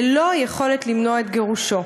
ללא יכולת למנוע את גירושו.